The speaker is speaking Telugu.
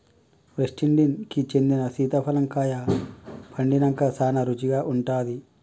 వెస్టిండీన్ కి చెందిన సీతాఫలం కాయ పండినంక సానా రుచిగా ఉంటాది